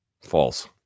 False